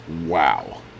Wow